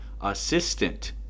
assistant